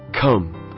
Come